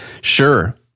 Sure